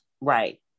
Right